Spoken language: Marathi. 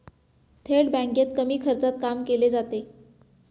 थेट बँकेत कमी खर्चात काम केले जाते